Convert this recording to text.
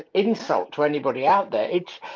insult to anybody out there, its,